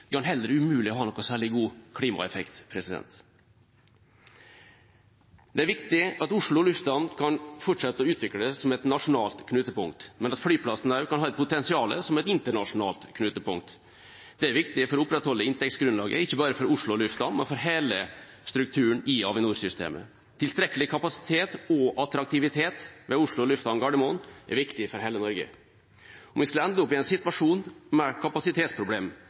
Det kan heller umulig ha noen særlig god klimaeffekt. Det er viktig at Oslo lufthavn kan fortsette å utvikles som et nasjonalt knutepunkt, men at flyplassen også kan ha potensial som et internasjonalt knutepunkt. Det er viktig for å opprettholde inntektsgrunnlaget ikke bare for Oslo lufthavn, men for hele strukturen i Avinor-systemet. Tilstrekkelig kapasitet og attraktivitet ved Oslo lufthavn Gardermoen er viktig for hele Norge. Om vi skulle ende opp i en situasjon med